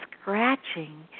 scratching